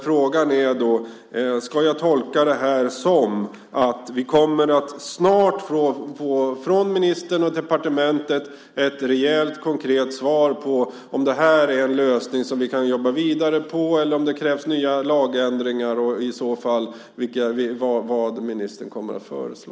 Frågan är då om jag ska tolka det som att vi snart från ministern och departementet kommer att få ett rejält konkret svar på om det här är en lösning som vi kan jobba vidare på eller om det krävs lagändringar och i så fall vad ministern kommer att föreslå.